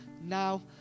now